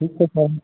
ठीक छै सर